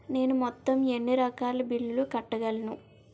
నేను మొత్తం ఎన్ని రకాల బిల్లులు కట్టగలను?